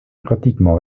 pratiquement